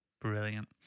Brilliant